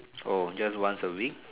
oh just once a week